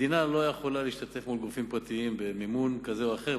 מדינה לא יכולה להשתתף מול גופים פרטיים במימון כזה או אחר.